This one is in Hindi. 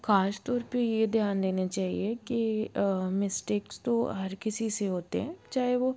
खास तौर पे ये ध्यान देने चाहिए कि मिसटेक्स तो हर किसी से होते हैं चाहे वो